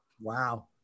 Wow